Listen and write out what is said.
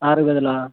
ఆరు గదులా